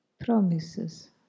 Promises